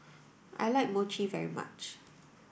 I like Mochi very much